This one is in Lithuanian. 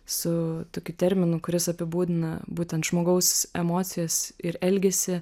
su tokiu terminu kuris apibūdina būtent žmogaus emocijas ir elgesį